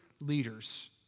leaders